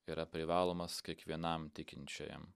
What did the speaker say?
yra privalomas kiekvienam tikinčiajam